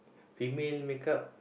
female makeup